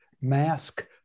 Mask